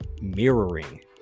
mirroring